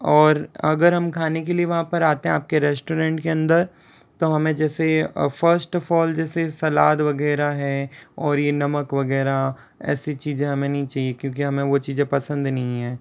और अगर हम खाने के लिए वहाँ पर आते हैं आपके रेस्टोरेंट के अंदर तो हमें जैसे फ़स्ट ऑफ़ ऑल जैसे सलाद वगैरह है और ये नमक वगैरह ऐसी चीज़ें हमें नहीं चाहिए क्योंकि हमें वो चीज़ें पसंद नहीं हैं